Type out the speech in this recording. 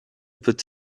peut